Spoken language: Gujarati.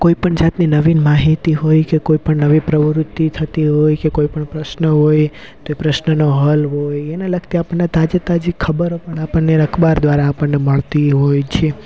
કોઈ પણ જાતની નવી માહિતી હોય કે કોઈ પણ નવી પ્રવૃતિ થતી હોય કે કોઈ પણ પ્રશ્ન હોય તો એ પ્રશ્નનો હલ હોય એના લગતી આપણને તાજે તાજી ખબરો પણ આપણને અખબાર દ્વારા આપણને મળતી હોય છે